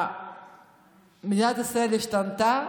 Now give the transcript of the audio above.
מדינת ישראל השתנתה,